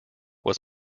was